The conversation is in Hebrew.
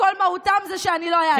כל מהותם זה שאני לא אעשה את זה.